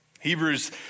Hebrews